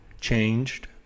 changed